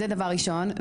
זה דבר ראשון.